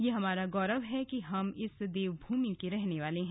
यह हमारा गौरव है कि हम इस देव भूमि के रहने वाले हैं